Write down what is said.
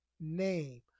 name